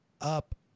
up